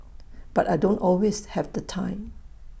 but I don't always have the time